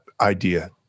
idea